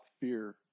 fear